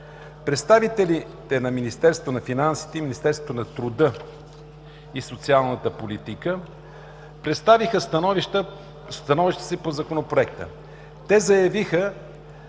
Представителите на Министерство на финансите и Министерство на труда и социалната политика представиха становищата си по Законопроекта. Те заявиха,